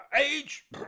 Age